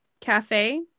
Cafe